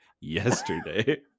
yesterday